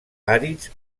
àrids